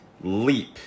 leap